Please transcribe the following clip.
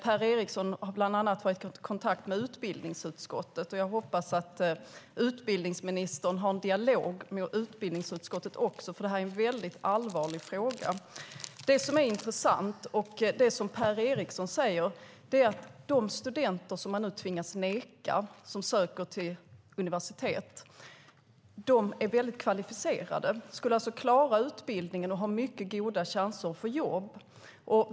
Per Eriksson har bland annat varit i kontakt med utbildningsutskottet. Jag hoppas att utbildningsministern har en dialog med utbildningsutskottet också, för det här är en allvarlig fråga. Det som är intressant och som Per Eriksson säger är att de studenter som man nu tvingas neka, som söker till universitet, är väldigt kvalificerade. De skulle alltså klara utbildningen och ha mycket goda chanser att få jobb.